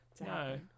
no